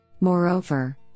Moreover